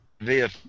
Via